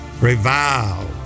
revile